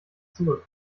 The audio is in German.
zurück